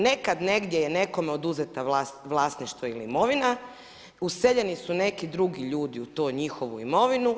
Nekad negdje je nekome oduzeta vlasništvo ili imovina, useljeni su neki drugi ljudi u tu njihovu imovinu.